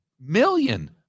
million